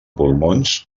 pulmons